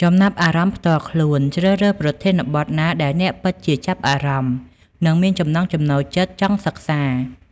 ចំណាប់អារម្មណ៍ផ្ទាល់ខ្លួន ជ្រើសរើសប្រធានបទណាដែលអ្នកពិតជាចាប់អារម្មណ៍ និងមានចំណង់ចំណូលចិត្តចង់សិក្សា។